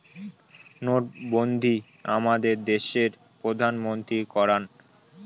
নোটবন্ধী আমাদের দেশের প্রধানমন্ত্রী করান